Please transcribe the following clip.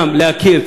וגם להכיר,